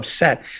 upset